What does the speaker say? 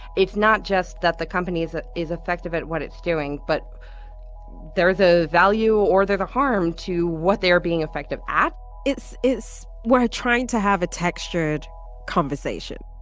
it's not just that the companies that is effective at what it's doing, but they're the value or they're the harm to what they are being effective at it's is worth trying to have a textured conversation.